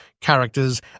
characters